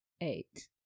Eight